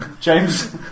James